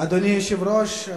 אדוני היושב-ראש,